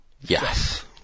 Yes